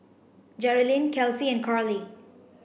Jerilynn Kelsi and Carlie